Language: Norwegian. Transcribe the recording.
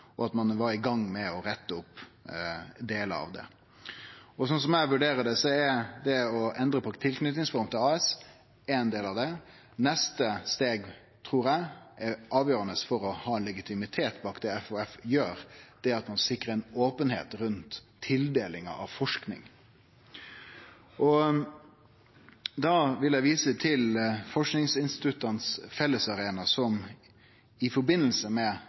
gang med å rette opp delar av det. Slik eg vurderer det, er det å endre tilknytingsforma til AS ein del av det. Neste steg trur eg er avgjerande for å ha legitimitet til det FHF gjer, det at ein sikrar openheit rundt tildeling av forsking. Da vil eg vise til Forskningsinstituttenes fellesarena, som i samband med